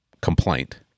complaint